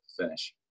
finish